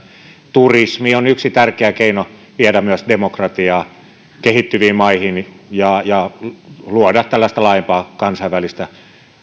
turismi on yksi tärkeä keino viedä myös demokratiaa kehittyviin maihin ja ja luoda tällaista laajempaa kansainvälistä